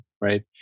right